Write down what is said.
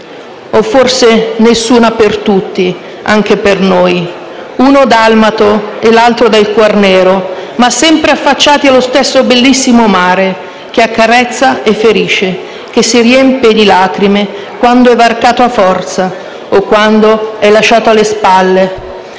o forse nessuna per tutti, anche per noi. Uno dalmato e l'altro del Quarnero, ma sempre affacciati allo stesso bellissimo mare che accarezza e ferisce, che si riempie di lacrime quando è varcato a forza o quando è lasciato alle spalle.